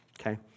okay